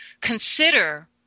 consider